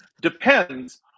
depends